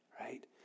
right